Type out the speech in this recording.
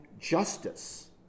justice